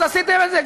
אז עשיתם את זה,